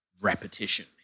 repetition